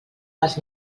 les